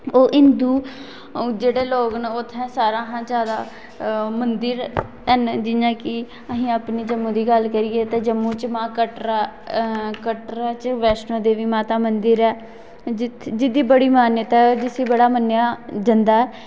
ओह् हिंदू जेह्ड़े लोक न उत्थै सारें हा जादा मंदर हैन जियां कि अहें अपने जम्मू दी गल्ल करिये ते जम्मू च मां कटरा कटरा च बैश्नो देवी माता मंदिर ऐ जित्थै जेह्दी बड़ी मान्यता ऐ जिसी बड़ा मन्नेआ जंदा ऐ